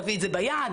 תביאי את זה ביד,